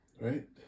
right